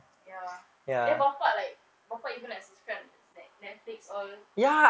ya then bapa like bapa even like subscribe net~ netflix all